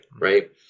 Right